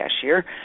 cashier